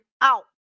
out